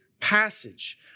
passage